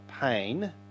pain